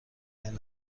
دقیقه